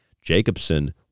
Jacobson